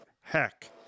heck